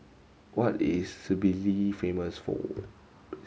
what is Tbilisi famous for